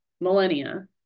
millennia